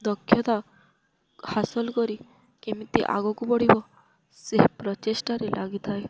ଦକ୍ଷତା ହାସଲ କରି କେମିତି ଆଗକୁ ବଡ଼ିବ ସେ ପ୍ରଚେଷ୍ଟାରେ ଲାଗିଥାଏ